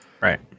Right